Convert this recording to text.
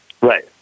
Right